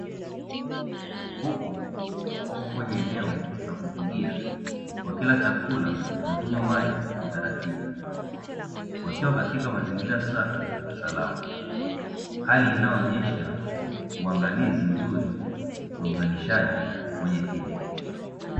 Kuku wako kwenye eneo la kufugia, wakila chakula na kunywa maji kwa utaratibu. Wakiwa katika mazingira safi na salama. Hali inayoonyesha uangalizi mzuri na uzalishaji wenye tija.